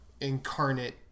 incarnate